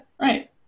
right